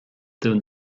dún